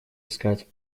искать